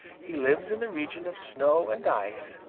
he lives in the region of snow and ice,